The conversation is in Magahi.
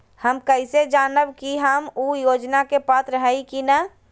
हम कैसे जानब की हम ऊ योजना के पात्र हई की न?